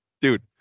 dude